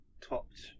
topped